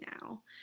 now